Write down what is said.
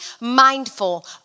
mindful